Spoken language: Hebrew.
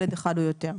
ילד אחד או יותר.